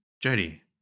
Jody